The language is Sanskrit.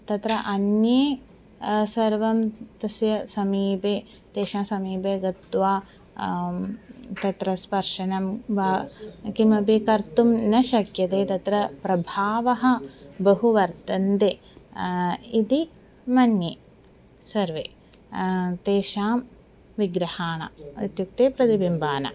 तत्र अन्ये सर्वं तस्य समीपे तेषां समीपे गत्वा तत्र स्पर्शनं वा किमपि कर्तुं न शक्यते तत्र प्रभावः बहु वर्तते इति मन्ये सर्वे तेषां विग्रहाणाम् इत्युक्ते प्रतिबिम्बानाम्